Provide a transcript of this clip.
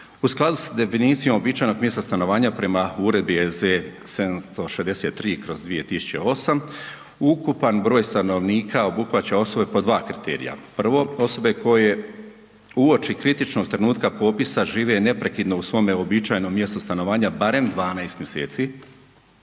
U skladu s definicijom uobičajenog mjesta stanovanja prema Uredbi EZ 763/2008 ukupan broj stanovnika obuhvaća osobe po 2 kriterija. Prvo, osobe koje uoči kritičnog trenutka popisa žive neprekidno u svome uobičajenom mjestu stanovanja barem 12 mjeseci,